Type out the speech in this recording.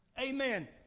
Amen